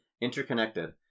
interconnected